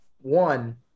one